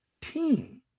team